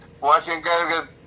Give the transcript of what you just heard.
Washington